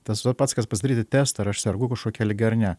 tas va pats kas pasidaryti testą ar aš sergu kažkokia liga ar ne